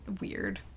weird